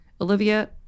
Olivia